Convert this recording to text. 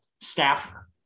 staffer